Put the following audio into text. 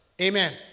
Amen